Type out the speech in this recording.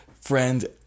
friend